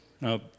Now